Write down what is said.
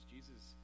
Jesus